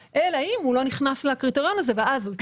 אלא אם הוא לא נכנס לקריטריון הזה ואז הוא יצטרך.